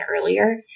earlier